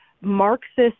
Marxist